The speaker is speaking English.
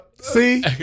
See